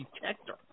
detector